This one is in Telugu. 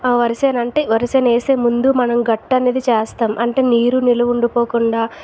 వరిసేను అంటే వరిసేను వేసే ముందు మనం గట్టు అనేది చేస్తాం అంటే నీరు నిల్వ ఉండిపోకుండా